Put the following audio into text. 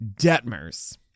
Detmers